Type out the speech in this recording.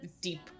deep